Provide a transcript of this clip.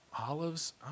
olives